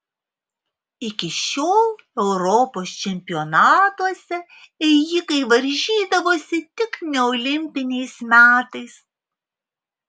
iki šiol europos čempionatuose ėjikai varžydavosi tik neolimpiniais metais